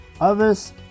others